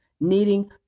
needing